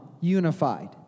unified